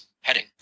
heading